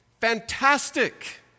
Fantastic